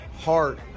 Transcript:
heart